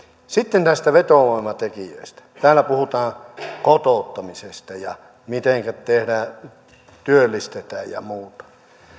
sitten näistä vetovoimatekijöistä täällä puhutaan kotouttamisesta ja mitenkä työllistetään ja muuta